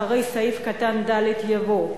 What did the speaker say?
אחרי סעיף קטן (ב) יבוא: